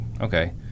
okay